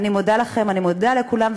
אני מודה לכם, אני מודה לכולם.